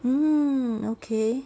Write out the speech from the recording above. mm okay